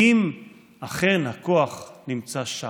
אם אכן הכוח נמצא שם,